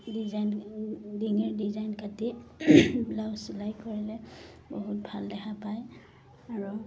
design ডিঙিৰ design কাটি blouse চিলাই কৰিলে বহুত ভাল দেখা পায় আৰু